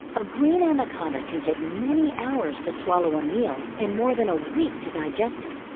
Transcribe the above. a green anaconda can take many hours to swallow a meal, and more than a week to digest it.